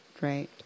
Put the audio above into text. right